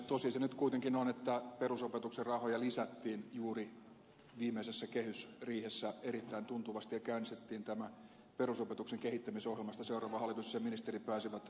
tosi se nyt kuitenkin on että perusopetuksen rahoja lisättiin juuri viimeisessä kehysriihessä erittäin tuntuvasti ja käynnistettiin tämä perusopetuksen kehittämisohjelma josta seuraava hallitus ja sen ministeri pääsevät nauttimaan